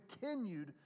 continued